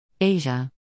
Asia